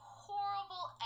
horrible